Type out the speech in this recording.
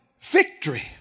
victory